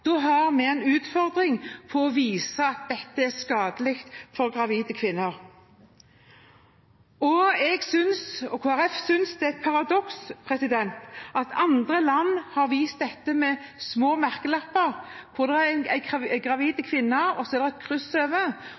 har vi en utfordring med å vise at dette er skadelig for gravide kvinner. Jeg – og Kristelig Folkeparti – synes det er et paradoks at andre land har vist dette ved små merkelapper. De viser en gravid kvinne med et kryss over. De viser en bil med et